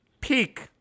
peak